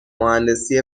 مهندسی